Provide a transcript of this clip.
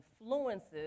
influences